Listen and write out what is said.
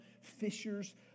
fishers